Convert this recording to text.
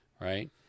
right